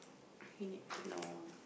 he need to know